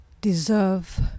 deserve